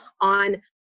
On